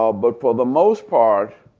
um but for the most part,